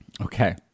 Okay